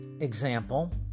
example